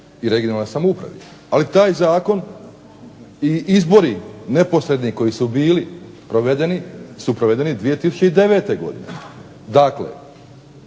i regionalnoj samoupravi. Ali taj zakon i izbori neposredni koji su bili provedeni su provedeni 2009. godine. Dakle,